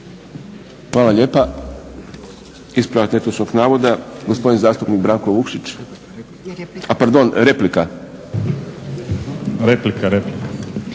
Hvala lijepa. Ispravak netočnog navoda, gospodin zastupnik Branko Vukšić. A pardon, replika. **Vukšić,